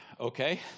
okay